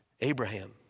Abraham